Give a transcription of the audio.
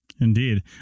Indeed